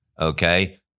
Okay